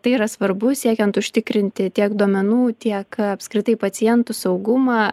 tai yra svarbu siekiant užtikrinti tiek duomenų tiek apskritai pacientų saugumą